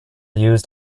used